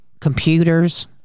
computers